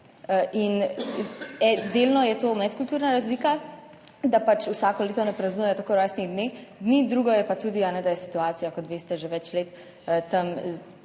delno je to medkulturna razlika, da pač vsako leto ne praznujejo tako rojstnih dneh. Drugo je pa tudi, da je situacija, kot veste že več let tam